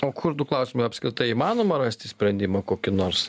o kurdų klausimą apskritai įmanoma rasti sprendimą kokį nors